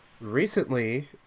Recently